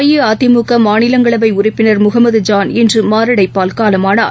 அஇஅதிமுகமாநிலங்களவைஉறுப்பினர் முகமது ஜான் இன்றுமாரடைப்பால் காலமானார்